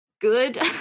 good